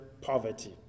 poverty